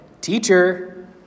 Teacher